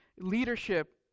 leadership